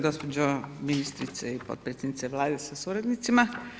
Gospođo ministrice i potpredsjednice Vlade sa suradnicima.